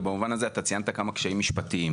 ובמובן הזה אתה ציינת כמה קשיים משפטיים,